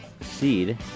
seed